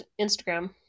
instagram